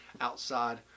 outside